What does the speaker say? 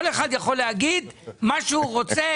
כל אחד יכול להגיד מה שהוא רוצה,